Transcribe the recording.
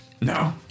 No